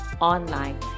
online